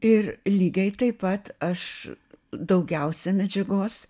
ir lygiai taip pat aš daugiausia medžiagos